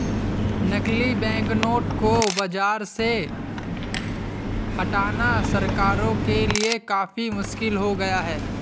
नकली बैंकनोट को बाज़ार से हटाना सरकारों के लिए काफी मुश्किल हो गया है